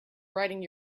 writing